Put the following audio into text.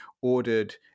ordered